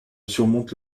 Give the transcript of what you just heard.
surmonte